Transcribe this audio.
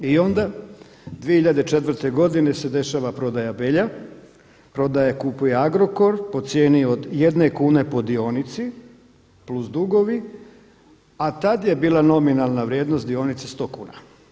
I onda 2004. godine se dešava prodaja Belja, kupuje Agrokor po cijeni od jedne kune po dionici, plus dugovi, a tada je bila nominalna vrijednost dionice 100 kuna.